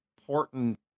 important